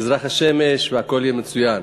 תזרח השמש והכול יהיה מצוין.